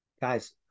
Guys